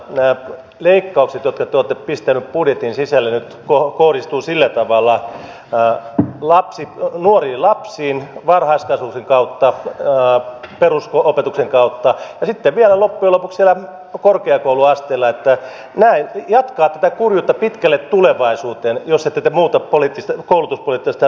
nämä leikkaukset jotka te olette pistäneet budjetin sisälle nyt kohdistuvat sillä tavalla nuoriin lapsiin varhaiskasvatuksen kautta perusopetuksen kautta ja sitten vielä loppujen lopuksi siellä korkeakouluasteella että ne jatkavat tätä kurjuutta pitkälle tulevaisuuteen jos te ette muuta koulutuspoliittista linjaanne